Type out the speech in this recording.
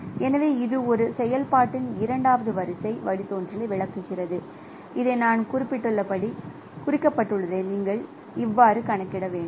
எனவே இது ஒரு செயல்பாட்டின் இரண்டாவது வரிசை வழித்தோன்றலை விளக்குகிறது இதை நான் குறிப்பிட்டுள்ளதை நீங்கள் எவ்வாறு கணக்கிட முடியும்